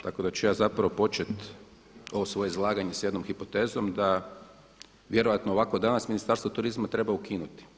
Tako da ću ja zapravo početi ovo svoje izlaganje s jednom hipotezom da vjerojatno ovakvo danas Ministarstvo turizma treba ukinuti.